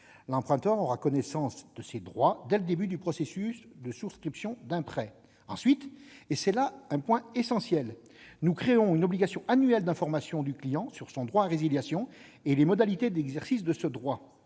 L'emprunteur aura connaissance de ses droits dès le début du processus de souscription d'un prêt. Ensuite, et c'est là un point essentiel, nous créons une obligation annuelle d'information du client sur son droit à résiliation et les modalités d'exercice de ce droit.